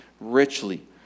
richly